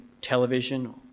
television